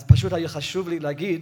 אז פשוט היה חשוב לי להגיד